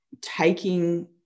taking